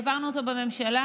העברנו אותו בממשלה,